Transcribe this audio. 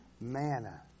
manna